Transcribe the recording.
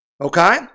Okay